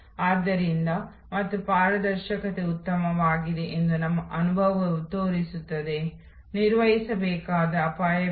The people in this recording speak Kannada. ಆದರೆ ಸೇವಾ ತಂತ್ರ ಮತ್ತು ಸೇವಾ ಪರಿಕಲ್ಪನೆಯ ಪರಸ್ಪರ ಸಂಬಂಧ ನಾವು ಇಲ್ಲಿ ಸಂಕ್ಷಿಪ್ತವಾಗಿ ಪರಿಶೀಲಿಸೋಣ